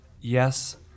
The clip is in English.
yes